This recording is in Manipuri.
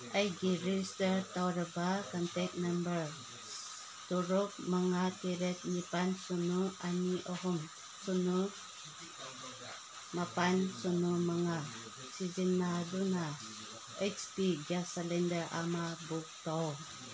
ꯑꯩꯒꯤ ꯔꯤꯖꯤꯁꯇ꯭ꯔ ꯇꯧꯔꯕ ꯀꯟꯇꯦꯛ ꯅꯝꯕꯔ ꯇꯔꯨꯛ ꯃꯉꯥ ꯇꯔꯦꯠ ꯅꯤꯄꯥꯜ ꯁꯤꯅꯣ ꯑꯅꯤ ꯑꯍꯨꯝ ꯁꯤꯅꯣ ꯃꯥꯄꯜ ꯁꯤꯅꯣ ꯃꯉꯥ ꯁꯤꯖꯤꯟꯅꯗꯨꯅ ꯑꯩꯁ ꯄꯤ ꯒ꯭ꯌꯥꯁ ꯁꯤꯂꯤꯟꯗꯔ ꯑꯃ ꯕꯨꯛ ꯇꯧ